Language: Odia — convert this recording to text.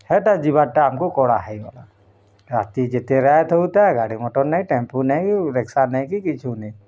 ହେଟା ଯିବାଟା ଆମକୁ କରା ହେଇଗଲା ରାତି ଯେତେ ରାତ୍ ହଉଥାଏ ଗାଡ଼ି ମଟର୍ ନାଇ ଟେମ୍ପୋ ନାଇ କି ରିକ୍ସା ନାଇ କି କିଛୁ ନାଇ